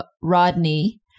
Rodney